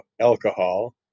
alcohol